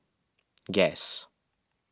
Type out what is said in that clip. guess